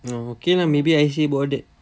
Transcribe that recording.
oh okay lah maybe I see about that